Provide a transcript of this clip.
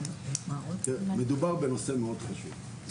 מדובר בנושא מאוד חשוב.